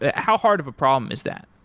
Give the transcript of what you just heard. ah how hard of a problem is that?